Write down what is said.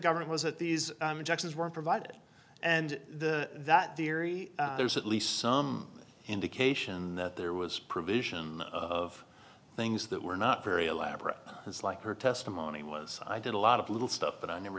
government was at these injections were provided and the that theory there's at least some indication that there was provision of things that were not very elaborate as like her testimony was i did a lot of little stuff but i never